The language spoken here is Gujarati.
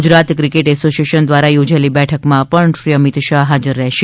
ગુજરાત ક્રિકેટ સોશિએશન દ્વારા યોજાયેલી બેઠક માં પણ શ્રી શાહ હાજર રહેશે